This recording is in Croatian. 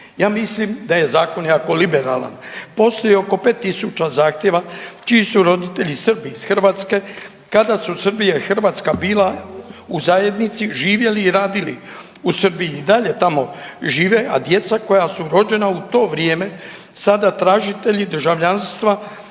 Ja mislim da je zakon jako liberalan. Postoji oko 5000 zahtjeva čiji su roditelji Srbi iz Hrvatske kada su Srbija i Hrvatska bila u zajednici, živjeli i radili u Srbiji i dalje tamo žive, a djeca koja su rođena u to vrijeme sada tražitelji državljanstva